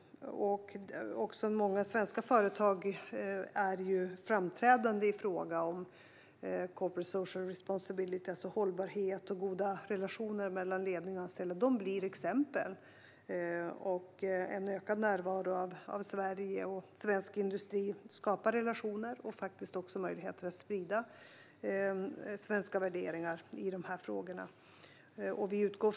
Många svenska företag är framträdande i fråga om corporate social responsibility, alltså hållbarhet och goda relationer mellan ledning och anställda. De blir exempel, och en ökad närvaro av Sverige och svensk industri skapar relationer och möjligheter att sprida svenska värderingar i dessa frågor.